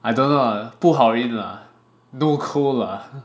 I don't know 不好运 lah no go lah